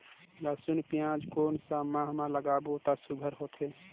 लसुन पियाज कोन सा माह म लागाबो त सुघ्घर होथे?